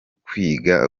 kwiga